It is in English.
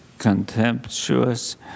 contemptuous